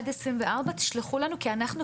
עד ה-24 לחודש תשלחו לנו כי אנחנו,